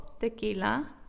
tequila